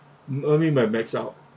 what you mean by max out